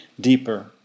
deeper